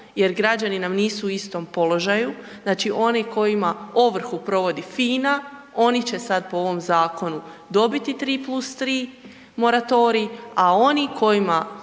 jer građani nam nisu u istom položaju. Znači, oni kojima ovrhu provodi FINA oni će sad po ovom zakonu dobiti 3+3 moratorij, a oni kojima